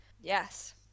Yes